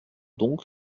donc